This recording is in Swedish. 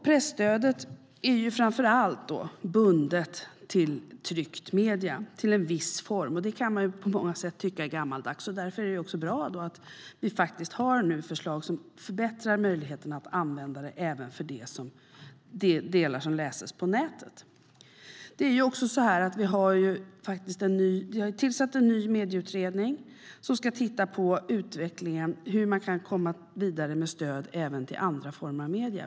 Presstödet är framför allt bundet till tryckta medier - till en viss form. Det kan man på många sätt tycka är gammaldags. Därför är det också bra att vi nu har förslag som förbättrar möjligheterna att använda det även för de delar som läses på nätet. Vi har tillsatt en ny medieutredning som ska titta på utvecklingen och hur man kan komma vidare med stöd även till andra former av medier.